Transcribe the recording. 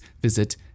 visit